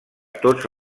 tots